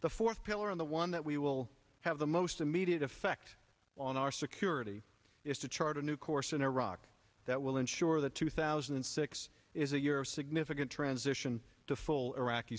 the fourth pillar on the one that we will have the most immediate effect on our security is to chart a new course in iraq that will ensure that two thousand and six is a year of significant transition to full iraqi